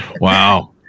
Wow